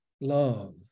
Love